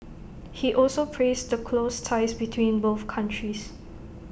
he also praised the close ties between both countries